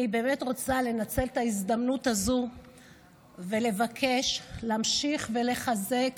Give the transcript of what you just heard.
אני באמת רוצה לנצל את ההזדמנות הזו ולבקש להמשיך ולחזק